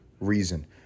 reason